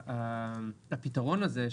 הפתרון לזה,